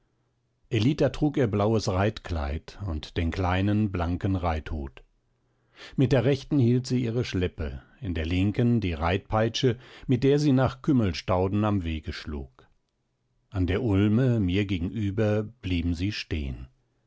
ellita trug ihr blaues reitkleid und den kleinen blanken reithut mit der rechten hielt sie ihre schleppe in der linken die reitpeitsche mit der sie nach kümmelstauden am wege schlug an der ulme mir gegenüber blieben sie stehen